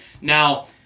Now